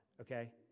okay